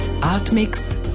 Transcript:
Artmix